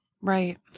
Right